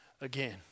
again